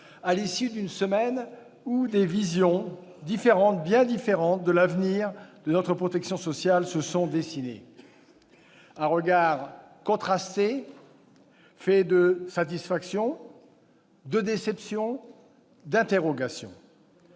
à l'issue d'une semaine de débats où des visions bien différentes de l'avenir de notre protection sociale se sont dessinées ? Un regard contrasté, mêlant satisfaction, déception et interrogation.